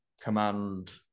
command